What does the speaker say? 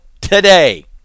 today